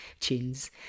chins